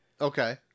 Okay